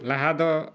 ᱞᱟᱦᱟ ᱫᱚ